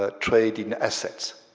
ah trade in assets.